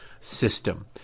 system